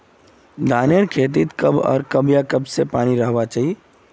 धानेर खेतीत कब आर कब से जल या पानी रहबा चही?